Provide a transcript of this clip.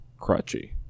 Crutchy